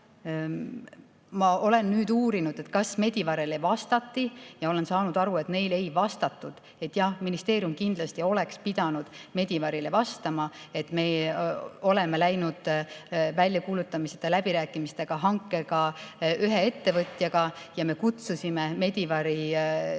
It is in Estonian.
ma olen nüüd uurinud, kas Medivarile vastati, ja olen aru saanud, et neile ei vastatud. Jah, ministeerium kindlasti oleks pidanud Medivarile vastama, et me oleme läinud väljakuulutamiseta läbirääkimistega hanke[menetlusse] ühe ettevõtjaga. Ja me kutsusime Medivari osalema